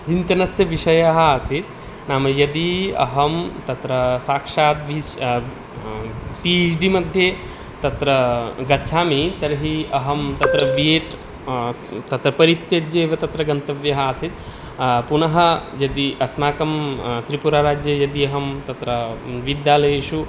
चिन्तनस्य विषयः आसीत् नाम यदि अहं तत्र साक्षात् वीच् पि एच् डि मध्ये तत्र गच्छामि तर्हि अहं तत्र बि ऐड् तत्र परित्यज्यैव तत्र गन्तव्यः आसीत् पुनः यदि अस्माकं त्रिपुराराज्ये यदि अहं तत्र विद्यालयेषु